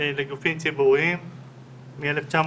לגופים ציבוריים מ-1998,